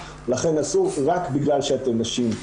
לכן אסור רק בגלל שאתן נשים'.